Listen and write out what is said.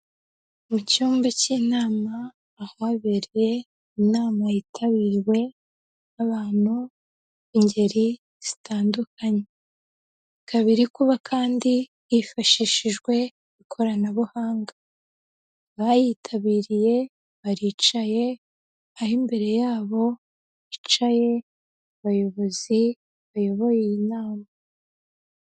Mu cyumba k'inama ahabereye inama yitabiriwe n'abantu b'ingeri zitandukanye, ikaba iri kuba kandi hifashishijwe ikoranabuhanga, abayitabiriye baricaye aho imbere yabo hicaye abayobozi bayoboye iyi nama.